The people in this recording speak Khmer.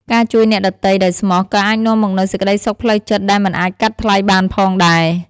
ការជួយអ្នកដទៃដោយស្មោះ ក៏អាចនាំមកនូវសេចក្ដីសុខផ្លូវចិត្តដែលមិនអាចកាត់ថ្លៃបានផងដែរ។